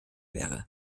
wäre